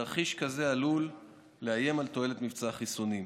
תרחיש כזה עלול לאיים על תועלת מבצע החיסונים.